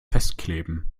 festkleben